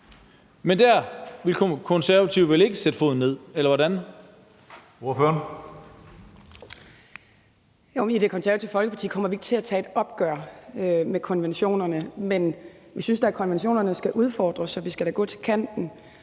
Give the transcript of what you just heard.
Hønge): Ordføreren. Kl. 16:46 Mai Mercado (KF): I Det Konservative Folkeparti kommer vi ikke til at tage et opgør med konventionerne. Men vi synes, at konventionerne skal udfordres, så vi skal da gå til kanten.